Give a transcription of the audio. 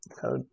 code